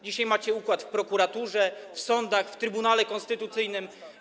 Dzisiaj macie układ w prokuraturze, w sądach, w Trybunale Konstytucyjnym.